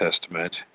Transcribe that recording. testament